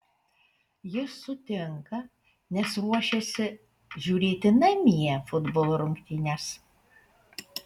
jis sutinka nes ruošiasi žiūrėti namie futbolo rungtynes